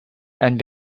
and